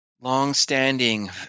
longstanding